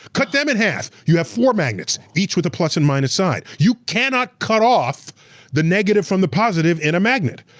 cut them in half. you have four magnets, each with a plus and minus side. you cannot cut off the negative from the positive in a magnet.